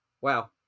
Wow